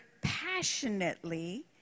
passionately